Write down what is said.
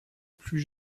plus